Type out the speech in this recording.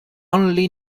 only